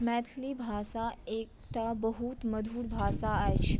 मैथिली भाषा एकटा बहुत मधुर भाषा अछि